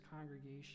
congregation